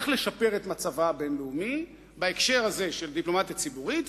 איך לשפר את מצבה הבין-לאומי בהקשר הזה של דיפלומטיה ציבורית,